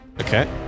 Okay